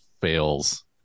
fails